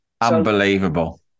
Unbelievable